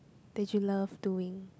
that you love doing